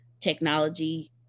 technology